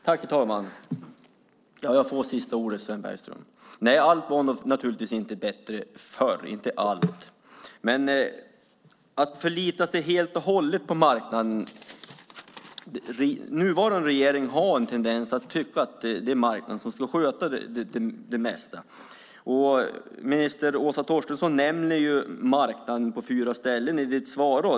Herr talman! Jag får sista ordet, Sven Bergström. Allt var naturligtvis inte bättre förr - inte allt. Men man ska inte förlita sig helt och hållet på marknaden. Nuvarande regering har en tendens att tycka att det är marknaden som ska sköta det mesta. Minister Åsa Torstensson nämner marknaden på fyra ställen i sitt svar.